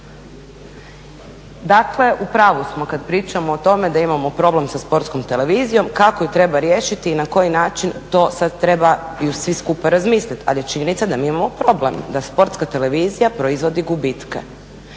Dakle, u pravu smo kad pričamo o tome da imamo problem sa Sportskom televizijom kako je treba riješiti i na koji način to sad trebaju svi skupa razmisliti. Ali je činjenica da mi imamo problem, da Sportska televizija proizvodi gubitke.